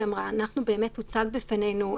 בתחילת המשבר,